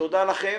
תודה לכם.